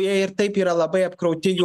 jie ir taip yra labai apkrauti jų